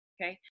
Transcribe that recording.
Okay